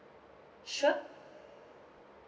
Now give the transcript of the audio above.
sure